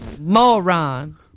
Moron